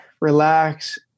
relax